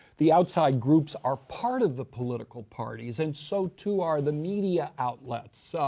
the outside groups are part of the political parties, and so too are the media outlets. so